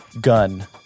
gun